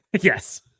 Yes